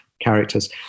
characters